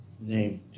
name